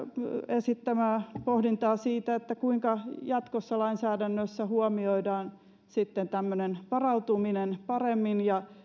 esittämää pohdintaa siitä kuinka jatkossa lainsäädännössä huomioidaan sitten tämmöinen varautuminen paremmin ja